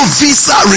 visa